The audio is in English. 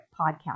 podcast